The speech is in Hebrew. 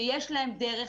שיש להן דרך,